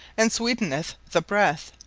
and sweetneth the breath,